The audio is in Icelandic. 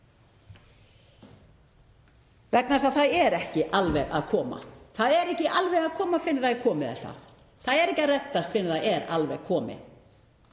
vegna þess að það er ekki alveg að koma. Það er ekki alveg að koma fyrr en það er komið, er það? Það er ekki að reddast fyrr en það er alveg komið,